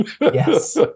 Yes